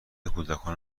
کودکان